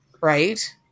right